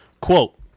quote